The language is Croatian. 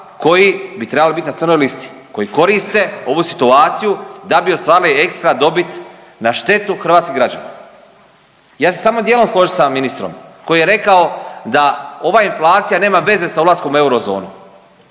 koji bi trebali biti na crnoj listi, koji koriste ovu situaciju da bi ostvarili ekstra dobit na štetu hrvatskih građana. Ja ću se samo dijelom složit sa ministrom koji je rekao da ova inflacija nema veze sa ulaskom u eurozonu,